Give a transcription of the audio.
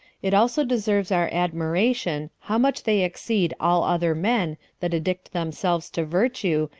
it also deserves our admiration, how much they exceed all other men that addict themselves to virtue,